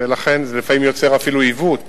ולכן זה לפעמים יוצר אפילו עיוות,